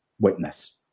witness